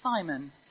Simon